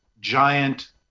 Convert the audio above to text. giant